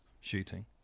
shooting